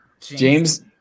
James